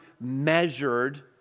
measured